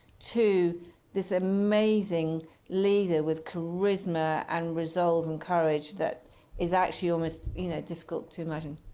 to this amazing leader with charisma and resolve and courage that is actually almost you know difficult to imagine.